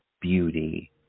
beauty